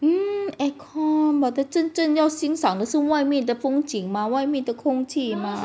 mm air con but 真正要欣赏的是外面的风景嘛外面的空气嘛